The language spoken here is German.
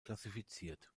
klassifiziert